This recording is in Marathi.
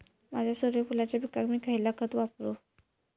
माझ्या सूर्यफुलाच्या पिकाक मी खयला खत वापरू?